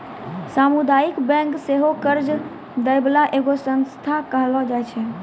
समुदायिक बैंक सेहो कर्जा दै बाला एगो संस्थान कहलो जाय छै